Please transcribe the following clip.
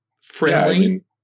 friendly